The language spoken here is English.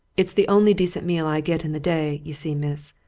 it's the only decent meal i get in the day, you see, miss.